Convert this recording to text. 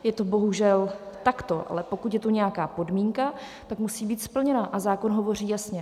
Je to bohužel takto, ale pokud je tu nějaká podmínka, tak musí být splněna, a zákon hovoří jasně.